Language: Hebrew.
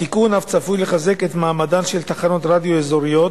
התיקון אף צפוי לחזק את מעמדן של תחנות רדיו אזוריות